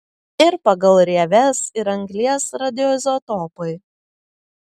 ir pagal rieves ir anglies radioizotopai